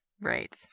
Right